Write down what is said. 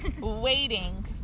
waiting